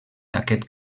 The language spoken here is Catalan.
aquest